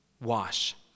wash